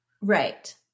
Right